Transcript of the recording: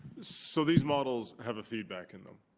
so these models have a feedback in them.